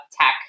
tech